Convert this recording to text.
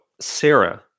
Sarah